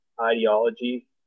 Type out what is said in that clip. ideology